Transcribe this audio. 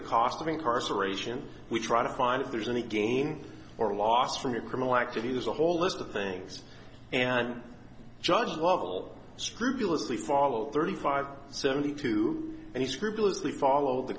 the cost of incarceration we try to find if there's any gain or loss from your criminal activity there's a whole list of things and judge level scrupulously follow thirty five seventy two and he scrupulously follow the